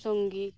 ᱥᱚᱝᱜᱤ